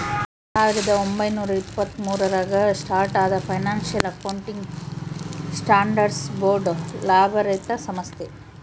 ಸಾವಿರದ ಒಂಬೈನೂರ ಎಪ್ಪತ್ತ್ಮೂರು ರಾಗ ಸ್ಟಾರ್ಟ್ ಆದ ಫೈನಾನ್ಸಿಯಲ್ ಅಕೌಂಟಿಂಗ್ ಸ್ಟ್ಯಾಂಡರ್ಡ್ಸ್ ಬೋರ್ಡ್ ಲಾಭರಹಿತ ಸಂಸ್ಥೆ